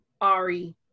Ari